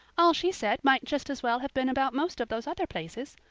all she said might just as well have been about most of those other places.